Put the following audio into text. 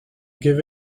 give